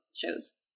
shows